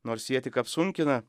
nors jie tik apsunkina